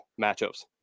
matchups